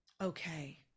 Okay